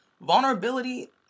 vulnerability